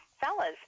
fellas